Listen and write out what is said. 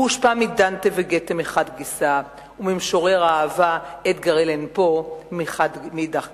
הוא הושפע מדנטה וגתה מחד גיסא וממשורר האהבה אדגר אלן פו מאידך גיסא.